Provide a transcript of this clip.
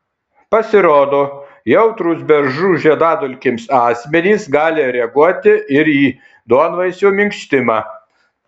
pasirodo jautrūs beržų žiedadulkėms asmenys gali reaguoti ir į duonvaisio minkštimą